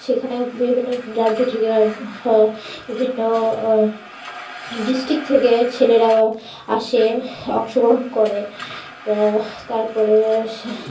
সেখানেও বিভিন্ন রাজ্য থেকে বিভিন্ন ডিস্ট্রিক্ট থেকে ছেলেরা আসে অংশগ্রহণ করে তারপরে